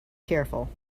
careful